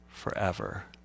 forever